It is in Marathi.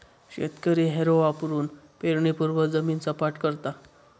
शेतकरी हॅरो वापरुन पेरणीपूर्वी जमीन सपाट करता